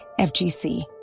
FGC